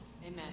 Amen